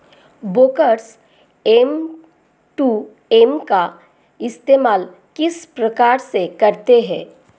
Brokers M two M का इस्तेमाल किस प्रकार से करते हैं?